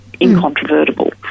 incontrovertible